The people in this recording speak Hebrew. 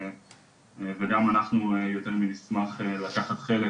וגם אנחנו יותר מנשמח לקחת חלק